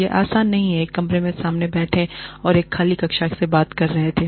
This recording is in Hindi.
यह आसान नहीं है एक कैमरे के सामने बैठे और एक खाली कक्षा से बात कर रहे थे